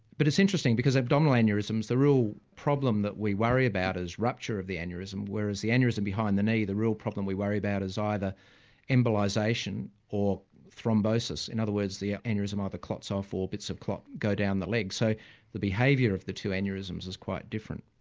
but it's interesting, because with abdominal aneurysms, the real problem that we worry about is rupture of the aneurysm, whereas the aneurysm behind the knee, the real problem we worry about is either embolisation or thrombosis. in other words, the aneurysm either clots off, or bits of clot go down leg. so the behaviour of the two aneurysms is quite different.